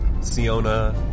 Siona